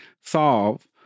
solve